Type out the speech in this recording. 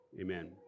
amen